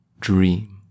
dream